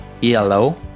yellow